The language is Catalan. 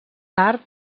tard